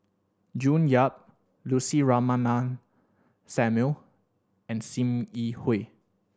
June Yap Lucy Ratnammah Samuel and Sim Yi Hui